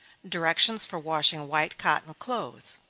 directions for washing white cotton clothes.